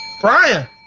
Brian